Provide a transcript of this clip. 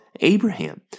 Abraham